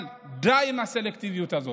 אבל די עם הסלקטיביות הזאת.